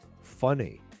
funny